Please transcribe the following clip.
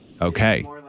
Okay